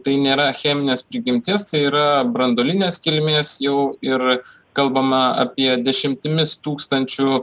tai nėra cheminės prigimties tai yra branduolinės kilmės jau ir kalbama apie dešimtimis tūkstančių